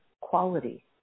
quality